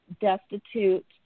destitute